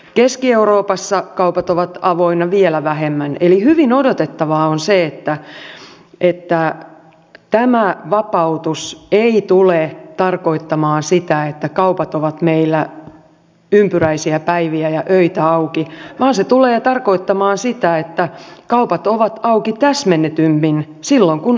keski euroopassa kaupat ovat avoinna vielä vähemmän eli hyvin odotettavaa on se että tämä vapautus ei tule tarkoittamaan sitä että kaupat ovat meillä ympyräisiä päiviä ja öitä auki vaan se tulee tarkoittamaan sitä että kaupat ovat auki täsmennetymmin silloin kun asiakkaita liikkuu